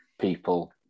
people